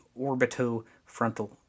orbitofrontal